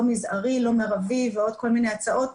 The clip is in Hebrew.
מזערי ולא מרבי ועוד כל מיני הצעות.